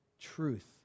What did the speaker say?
truth